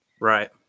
Right